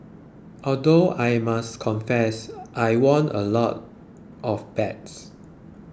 although I must confess I won a lot of bets